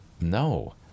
No